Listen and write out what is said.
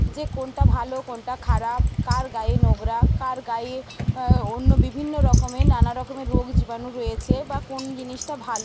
যে কোনটা ভালো কোনটা খারাপ কার গায়ে নোংরা কার গায়ে অন্য বিভিন্ন রকমের নানা রকমের রোগ জীবাণু রয়েছে বা কোন জিনিসটা ভালো